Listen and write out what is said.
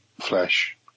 flesh